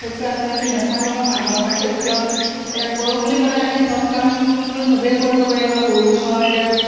পাৰ্থক্য আছে বুলি নাভাবোঁ মই কামৰ পাৰ্থক্য এতিয়া কৰোঁ বুলি ক'লে আমি চব কামটো চবেই কৰিব পাৰি বা পুৰুষৰ এতিয়া